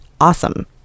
awesome